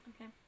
Okay